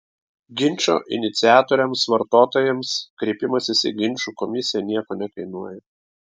ginčo iniciatoriams vartotojams kreipimasis į ginčų komisiją nieko nekainuoja